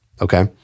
Okay